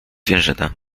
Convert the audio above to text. zwierzynę